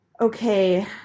Okay